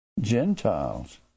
Gentiles